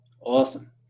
Awesome